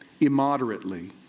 immoderately